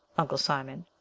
uncle simon.